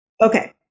Okay